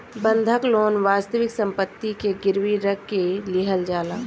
बंधक लोन वास्तविक सम्पति के गिरवी रख के लिहल जाला